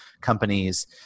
companies